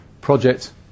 project